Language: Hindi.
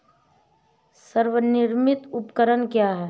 स्वनिर्मित उपकरण क्या है?